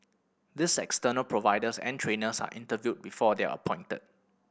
these external providers and trainers are interviewed before they are appointed